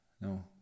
no